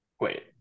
wait